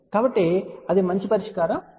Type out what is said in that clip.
కాబట్టి అది మంచి పరిష్కారం కాదు